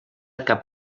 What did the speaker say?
cap